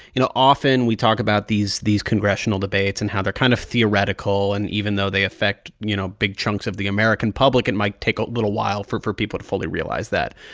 you know, often, we talk about these these congressional debates and how they're kind of theoretical. and even though they affect, you know, big chunks of the american public, it might take a little while for for people to fully realize that.